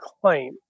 claim